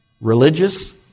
religious